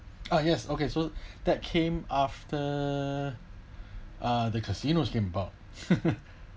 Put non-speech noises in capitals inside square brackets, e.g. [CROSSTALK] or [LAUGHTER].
uh yes okay so that came after uh the casinos came about [LAUGHS]